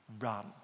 Run